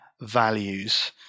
values